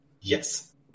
Yes